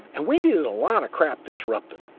and we need a lotta crap disrupted.